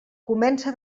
comença